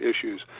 issues